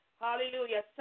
Hallelujah